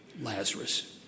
Lazarus